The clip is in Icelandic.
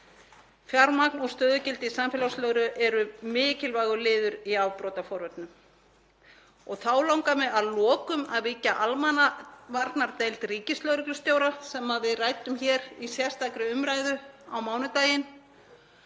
Fjármagn og stöðugildi í samfélagslögreglu eru mikilvægur liður í afbrotaforvörnum. Þá langar mig að lokum að víkja almannavarnadeild ríkislögreglustjóra sem við ræddum hér í sérstakri umræðu á mánudaginn,